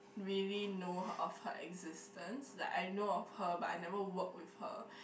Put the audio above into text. maybe know her of her existence like I know of her but I never work with her